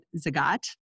Zagat